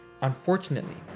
Unfortunately